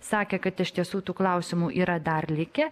sakė kad iš tiesų tų klausimų yra dar likę